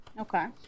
Okay